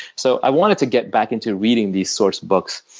so i wanted to get back into reading these sourced books,